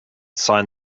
sign